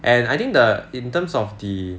and I think the in terms of the